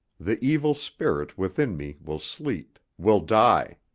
the evil spirit within me will sleep, will die.